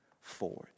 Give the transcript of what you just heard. forward